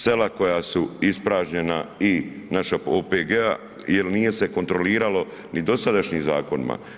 Sela koja su ispražnjena i naša OPG-a jer nije se kontroliralo ni dosadašnjim zakonima.